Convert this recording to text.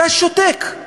אתה שותק.